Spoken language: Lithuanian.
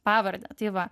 pavardę tai va